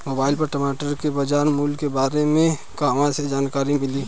Mobile पर टमाटर के बजार मूल्य के बारे मे कहवा से जानकारी मिली?